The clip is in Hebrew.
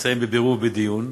נמצאים בבירור ובדיון,